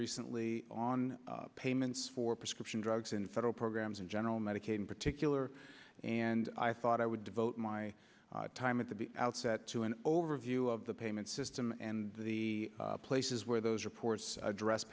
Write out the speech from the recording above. recently on payments for prescription drugs in federal programs and general medicaid in particular and i thought i would devote my time at the outset to an overview of the payment system and the places where those reports address